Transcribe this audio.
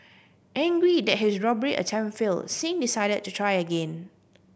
angry that his robbery attempt fail Singh decided to try again